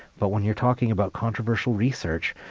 but when you're talking about controversial research,